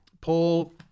Paul